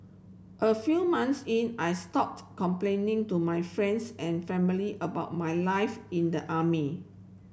a few months in I stopped complaining to my friends and family about my life in the army